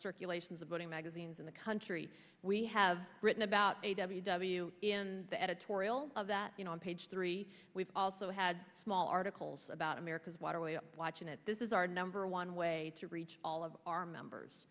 circulations of voting magazines in the country we have written about a w w in the editorial of that you know on page three we've also had small articles about america's waterways watching it this is our number one way to reach all of our members